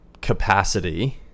capacity